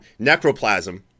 Necroplasm